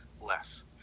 less